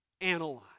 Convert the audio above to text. Analyze